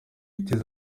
inshuti